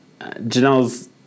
Janelle's